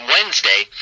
Wednesday